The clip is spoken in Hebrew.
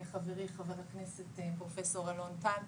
חברי חבר הכנסת פרופסור אלון טל,